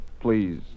please